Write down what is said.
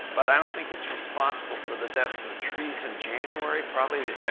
but i don't think it's responsible for the deaths of the trees in january, probably,